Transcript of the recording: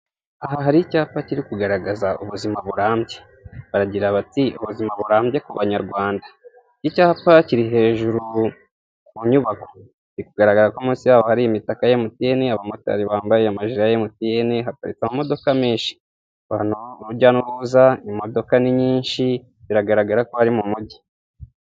Aha hari icyapa kiri kugaragaza ubuzima burambye, baragira bati'' ubuzima burambye ku banyarwanda'' iki cyapa kiri hejuru ku nyubako birikugaragara ko mu nsi yaho hari imitakaka ya MTN, abamotari bambaye amajiri ya MTN, haparitse amamodoka abantu ni urujya n'urujya n'uruza, imodoka ni nyinshi biragaragara ko ari mu mugi.